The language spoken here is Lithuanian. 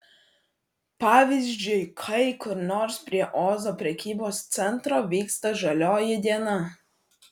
pavyzdžiui kai kur nors prie ozo prekybos centro vyksta žalioji diena